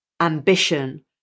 ambition